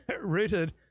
rooted